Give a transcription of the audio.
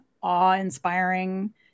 awe-inspiring